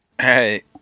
Hey